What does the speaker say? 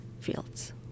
fields